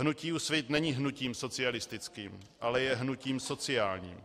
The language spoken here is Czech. Hnutí Úsvit není hnutím socialistickým, ale je hnutím sociálním.